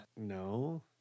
No